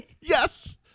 Yes